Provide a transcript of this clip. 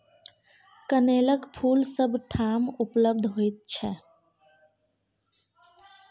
कनेलक फूल सभ ठाम उपलब्ध होइत छै